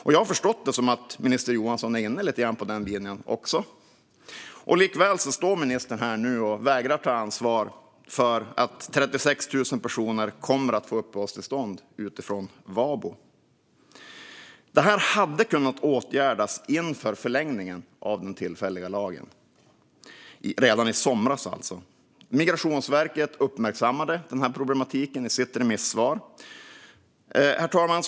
Jag har förstått att minister Johansson också är inne på den linjen. Likväl står ministern nu här och vägrar att ta ansvar för att 36 000 personer kommer att få uppehållstillstånd på grund av VABO. Detta hade kunnat åtgärdas redan i somras inför förlängningen av den tillfälliga lagen. Migrationsverket uppmärksammade denna problematik i sitt remissvar. Herr talman!